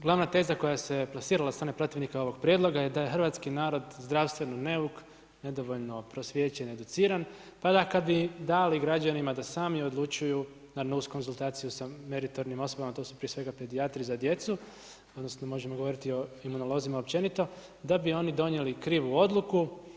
Glavna teza koja se plasirala od strane protivnika ovog prijedloga je da je hrvatski narod zdravstveno neuk, nedovoljno prosvijećen i educiran, pa kada bi dali građanima da sami odlučuju na nus konzultacius sa meritornim osobama to su prije svega pedijatri za djecu odnosno možemo govoriti o imunolozima općenito da bi oni donijeli krivu odluku.